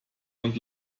und